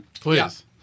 Please